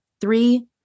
three